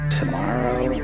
tomorrow